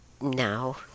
now